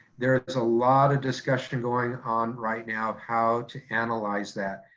there's a lot of discussion going on right now of how to analyze that.